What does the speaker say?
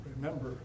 Remember